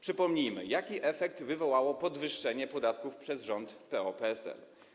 Przypomnijmy, jaki efekt wywołało podwyższenie podatków przez rząd PO-PSL.